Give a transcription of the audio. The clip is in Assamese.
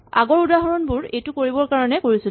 আগৰ উদাহৰণবোৰ এইটো কৰিবৰ কাৰণে কৰিছিলো